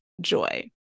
joy